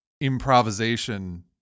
improvisation